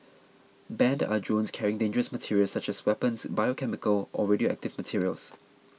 banned are drones carrying dangerous materials such as weapons or biochemical or radioactive materials